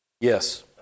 Yes